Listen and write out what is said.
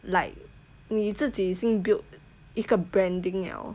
like 你自己已经 build 一个 branding liao